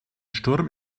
sturm